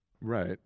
Right